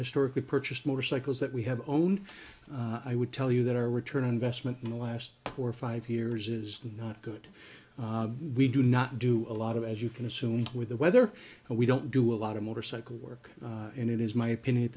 historically purchased motorcycles that we have owned i would tell you that our return on investment in the last four five years is not good we do not do a lot of as you can assume with the weather and we don't do a lot of motorcycle work and it is my opinion at